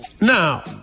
now